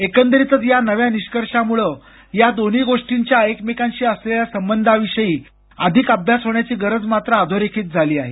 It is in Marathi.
एकंदरीतच या नव्या निष्कर्षामूळं या दोन्ही गोष्टींच्या एकमेकांशी असलेल्या संबंधाविषयी अधिक अभ्यास होण्याची गरज मात्र अधोरेखित झाली आहे